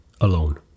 alone